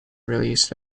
released